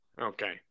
Okay